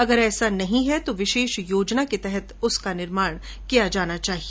अगर ऐसा नहीं है तो विशेष योजना के तहत उसका निर्माण किया जाना चाहिए